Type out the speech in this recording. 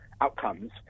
outcomes